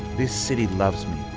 this city loves me.